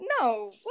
no